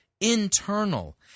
internal